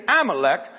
Amalek